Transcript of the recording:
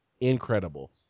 Incredible